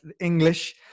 English